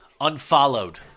unfollowed